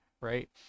right